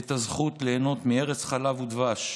את הזכות ליהנות מארץ חלב ודבש,